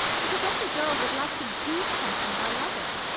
because every girl would like to do something by loving.